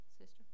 Sister